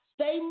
Stay